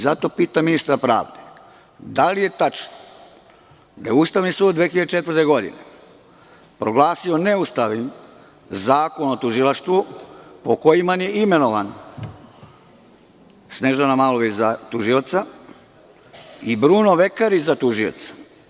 Zato pitam ministra pravde, da li je tačno da je Ustavni sud 2004. godine proglasio neustavnim Zakon o tužilaštvu po kojima su imenovani, Snežana Malović za tužioca i Bruno Vekarić za tužioca?